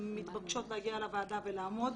מתבקשות להגיע לוועדה ולעמוד,